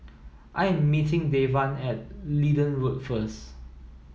I am meeting Devan at Leedon Road first